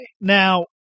now